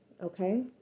okay